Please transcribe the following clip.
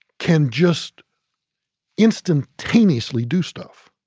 can just instantaneously do stuff,